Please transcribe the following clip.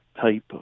type